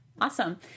awesome